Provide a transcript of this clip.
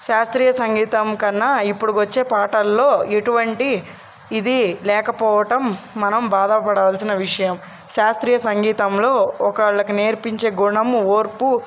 శాస్త్రీయ సంగీతం కన్నా ఇప్పుడు వచ్చే పాటలలో ఎటువంటి ఇది లేకపోవటం మనం బాధపడాల్సిన విషయం శాస్త్రీయ సంగీతంలో ఒకరికి నేర్పించే గుణము ఓర్పు